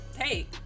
hey